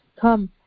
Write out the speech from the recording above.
come